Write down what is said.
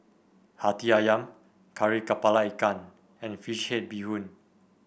Hati ayam Kari kepala Ikan and fish head Bee Hoon